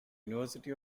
university